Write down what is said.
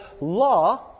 law